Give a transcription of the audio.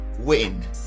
win